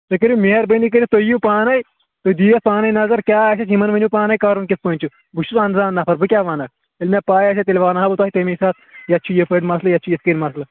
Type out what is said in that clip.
تُہۍ کٔرِو مہربٲنی کٔرِتھ تُہۍ یِیِو پانَے تُہۍ دِیِس اتۍ پانے نظر کیٛاہ آسیٚس یِمَن ؤنِو پانَے کَرُن کِتھ پٲٹھۍ چھُ بہٕ چھُس اَنٛزان نفر بہٕ کیٛاہ وَنکھ ییٚلہِ مےٚ پاے آسہِ ہا تیٚلہِ وَنہٕ ہا بہٕ تۄہہِ تَمی ساتہٕ یَتھ چھِ یَپٲرۍ مسلہٕ یَتھ چھِ یِتھ کٔنۍ مَسلہٕ